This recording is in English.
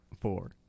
Four